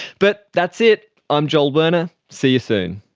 but that's it. i'm joel werner, see you soon